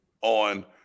on